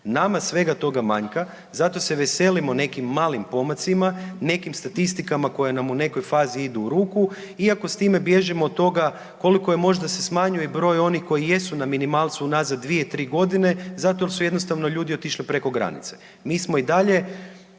Nama svega toga manjka, zato se veselimo nekim malim pomacima, nekim statistikama koje nam u nekoj fazi idu u ruku iako s time bježimo od toga koliko je možda se smanjuje broj onih koji jesu na minimalcu unazad 2-3 godine zato jer su jednostavno ljudi otišli preko granice. Mi smo i dalje